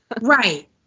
Right